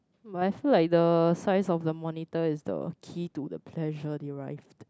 but I feel like the size of the monitor is the key to the pleasure derived